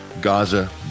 Gaza